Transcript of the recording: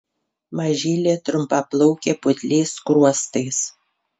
mažylė trumpaplaukė putliais skruostais